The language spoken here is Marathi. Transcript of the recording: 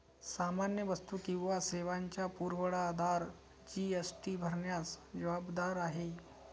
सामान्य वस्तू किंवा सेवांचा पुरवठादार जी.एस.टी भरण्यास जबाबदार आहे